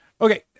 Okay